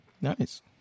Nice